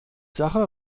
sache